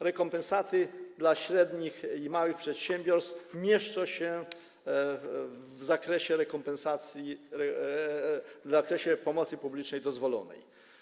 Rekompensaty dla średnich i małych przedsiębiorstw mieszczą się w zakresie rekompensacji w ramach pomocy publicznej dozwolonej.